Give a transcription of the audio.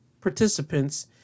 participants